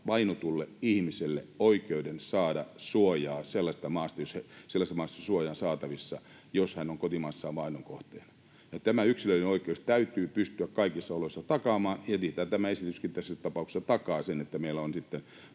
vainotulle ihmiselle oikeuden saada suojaa sellaisesta maasta, jossa suojaa on saatavissa, jos hän on kotimaassaan vainon kohteena. Tämä yksilöllinen oikeus täytyy pystyä kaikissa oloissa takaamaan, ja niinhän tämä esityskin tässä tapauksessa takaa sen, että meillä on